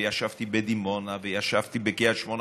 וישבתי בדימונה וישבתי בקריית שמונה,